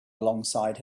alongside